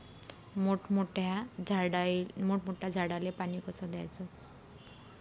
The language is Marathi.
मोठ्या मोठ्या झाडांले पानी कस द्याचं?